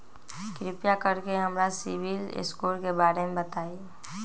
कृपा कर के हमरा सिबिल स्कोर के बारे में बताई?